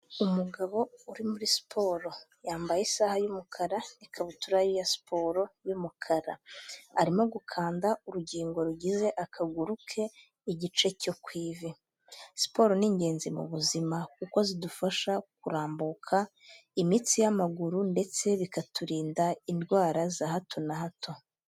Umugabo uri muri siporo, yambaye isaha y'umukara n'ikabutura ye ya siporo y'umukara, arimo gukanda urugingo rugize akaguru ke igice cyo ku ivi, siporo ni ingenzi mu buzima kuko zidufasha kurambuka imitsi y'amaguru ndetse bikaturinda indwara za hato na hato.